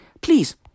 Please